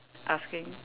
asking